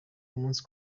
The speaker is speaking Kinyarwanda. umunsi